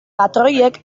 patroiek